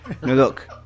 look